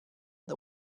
the